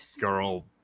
girl